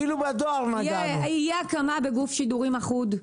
תהיה הקמה בגוף שידורים אחוד.